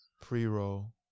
pre-roll